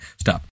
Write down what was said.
Stop